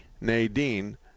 Nadine